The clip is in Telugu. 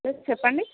సార్ చెప్పండి